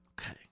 Okay